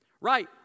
Right